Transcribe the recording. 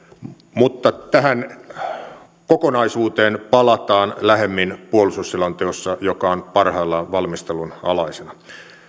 mutta tähän kokonaisuuteen palataan lähemmin puolustusselonteossa joka on parhaillaan valmistelun alaisena